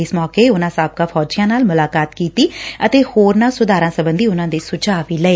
ਇਸ ਮੌਕੇ ਉਨਾਂ ਸਾਬਕਾ ਫੌਜੀਆਂ ਨਾਲ ਮੁਲਾਕਾਤ ਕੀਤੀ ਅਤੇ ਹੋਰ ਸੁਧਾਰਾਂ ਸਬੰਧੀ ਉਨਾਂ ਦੇ ਸੁਝਾਅ ਵੀ ਲਏ